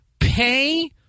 pay